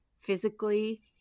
physically